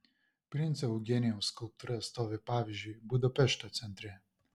princo eugenijaus skulptūra stovi pavyzdžiui budapešto centre